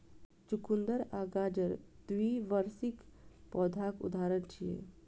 चुकंदर आ गाजर द्विवार्षिक पौधाक उदाहरण छियै